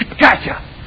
gotcha